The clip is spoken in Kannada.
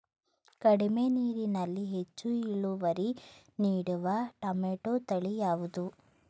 ಕಡಿಮೆ ನೀರಿನಲ್ಲಿ ಹೆಚ್ಚು ಇಳುವರಿ ನೀಡುವ ಟೊಮ್ಯಾಟೋ ತಳಿ ಯಾವುದು?